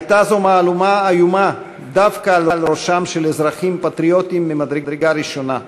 הייתה זו מהלומה איומה דווקא על ראשם של אזרחים פטריוטים ממדרגה ראשונה,